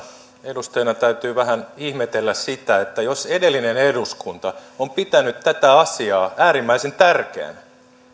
edustajana täytyy vähän ihmetellä sitä että jos edellinen eduskunta on pitänyt tätä asiaa äärimmäisen tärkeänä